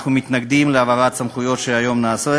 אנחנו מתנגדים להעברת הסמכויות שהיום נעשית,